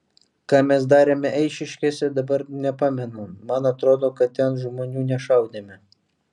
ką mes darėme eišiškėse dabar nepamenu man atrodo kad ten žmonių nešaudėme